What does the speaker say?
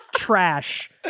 Trash